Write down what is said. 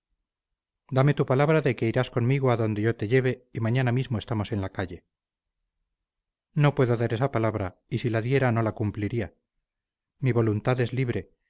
dame tu palabra de que irás conmigo a donde yo te lleve y mañana mismo estamos en la calle no puedo dar esa palabra y si la diera no la cumpliría mi voluntad es libre